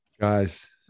guys